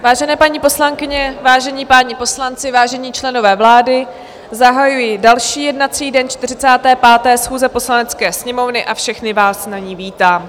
Vážené paní poslankyně, vážení páni poslanci, vážení členové vlády, zahajuji další jednací den 45. schůze Poslanecké sněmovny a všechny vás na ní vítám.